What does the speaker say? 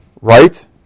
right